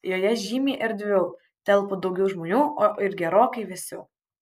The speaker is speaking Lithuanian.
joje žymiai erdviau telpa daugiau žmonių o ir gerokai vėsiau